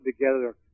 together